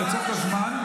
אני עוצר את הזמן,